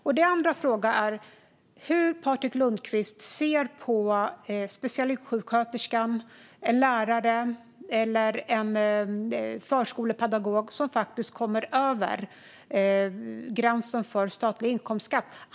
Min andra fråga är hur Patrik Lundqvist ser på specialistsjuksköterskan, läraren eller förskolepedagogen som faktiskt kommer över gränsen för statlig inkomstskatt.